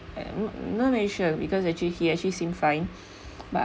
I'm not not really sure because actually he actually seem fine but